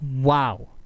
wow